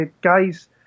guys